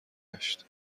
گشت